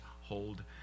hold